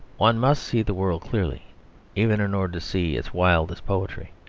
one must see the world clearly even in order to see its wildest poetry.